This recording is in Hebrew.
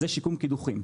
אז זה שיקום קידוחים.